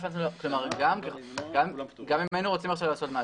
גם אם היינו רוצים לעשות עכשיו משהו,